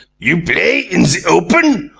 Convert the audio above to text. you play in ze open?